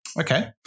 Okay